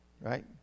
right